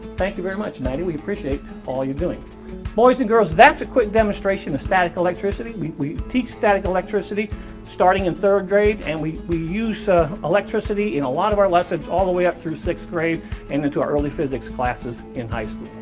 thank you very much maddie. we appreciate all you're doing boys and girls that's a quick demonstration of static electricity. we we teach static electricity starting in third grade and we we use ah electricity in a lot of our lessons all the way up through sixth grade into early physics classes in high